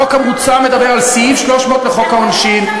החוק המוצע מדבר על סעיף 300 לחוק העונשין.